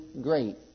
great